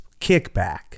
kickback